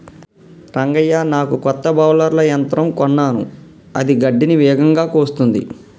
రంగయ్య నాకు కొత్త బౌలర్ల యంత్రం కొన్నాను అది గడ్డిని వేగంగా కోస్తుంది